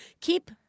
keep